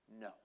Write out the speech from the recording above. No